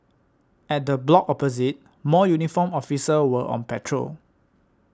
at the block opposite more uniformed officers were on patrol